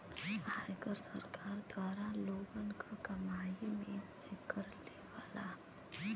आयकर सरकार द्वारा लोगन क कमाई में से कर लेवला